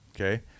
Okay